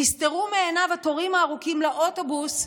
נסתרו מעיניו התורים הארוכים לאוטובוס,